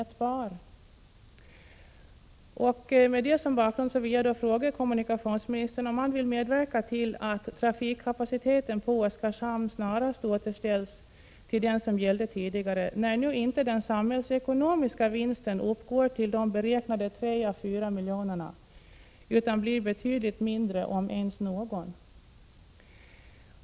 1986/87:18 Mot den bakgrunden vill jag fråga kommunikationsministern om han vill 4november 1986 < medverka till att trafikkapaciteten på Oskarshamn snarast återställs till den SS som gällde tidigare, när nu inte den samhällsekonomiska vinsten kommer att uppgå till de beräknade 34 miljonerna utan blir betydligt mindre, om ens någon.